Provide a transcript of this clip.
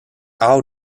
how